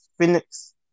Phoenix